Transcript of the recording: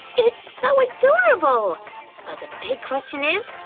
it's so adorable! but the big question is,